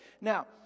Now